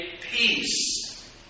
peace